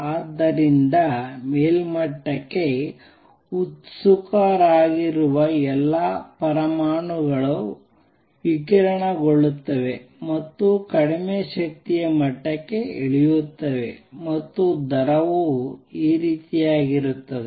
ಆದ್ದರಿಂದ ಮೇಲ್ಮಟ್ಟಕ್ಕೆ ಉತ್ಸುಕರಾಗಿರುವ ಎಲ್ಲಾ ಪರಮಾಣುಗಳು ವಿಕಿರಣಗೊಳ್ಳುತ್ತವೆ ಮತ್ತು ಕಡಿಮೆ ಶಕ್ತಿಯ ಮಟ್ಟಕ್ಕೆ ಇಳಿಯುತ್ತವೆ ಮತ್ತು ದರವು ಈ ರೀತಿಯಾಗಿರುತ್ತದೆ